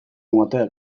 motel